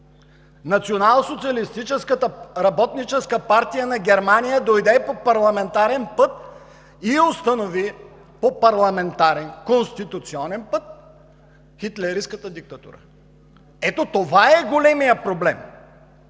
Националсоциалистическата работническа партия на Германия дойде по парламентарен път и установи по парламентарен, конституционен път хитлеристката диктатура. Ето това е големият проблем,